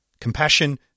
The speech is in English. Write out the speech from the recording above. Compassion